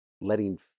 letting